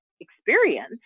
experience